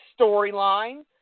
storyline